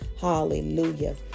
hallelujah